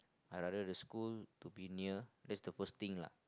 I rather the school to be near that's the first thing lah